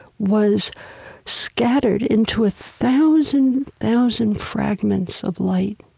was scattered into a thousand, thousand fragments of light,